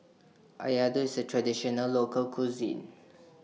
Laddu IS A Traditional Local Cuisine